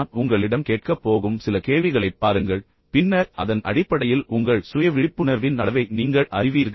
நான் உங்களிடம் கேட்கப் போகும் சில கேள்விகளைப் பாருங்கள் பின்னர் அதன் அடிப்படையில் உங்கள் சுய விழிப்புணர்வின் அளவை நீங்கள் அறிவீர்கள்